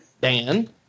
Dan